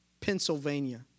Pennsylvania